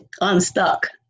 unstuck